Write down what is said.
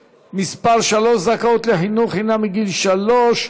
מס' 3) (זכאות לחינוך חינם מגיל שלוש),